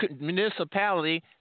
municipality